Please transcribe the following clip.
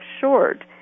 short